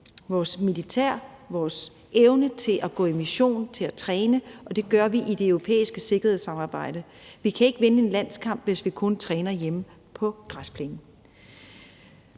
vores militær og vores evne til at træne og gå i mission, og det gør vi i det europæiske sikkerhedssamarbejde. Vi kan ikke vinde en landskamp, hvis vi kun træner hjemme på græsplænen.